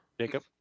Jacob